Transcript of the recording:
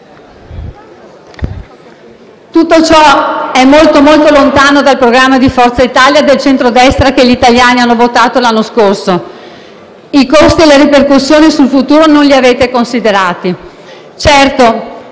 tutto ciò è molto lontano dai programmi di Forza Italia e del centrodestra che gli italiani hanno votato l'anno scorso; i costi e le ripercussioni sul futuro non li avete considerati.